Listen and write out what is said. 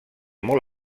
molt